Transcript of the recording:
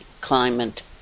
climate